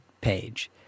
page